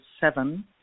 seven